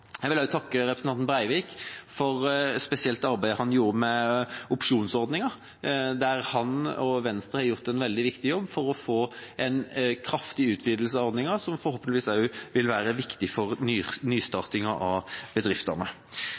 Jeg vil også takke representanten Breivik spesielt for det arbeidet han gjorde med opsjonsordningen, der han og Venstre har gjort en veldig viktig jobb for å få en kraftig utvidelse av ordningen, som forhåpentligvis også vil være viktig for nystart av